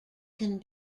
can